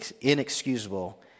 inexcusable